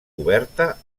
coberta